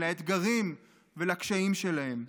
לאתגרים ולקשיים שלהם,